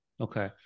Okay